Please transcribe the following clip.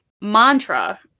mantra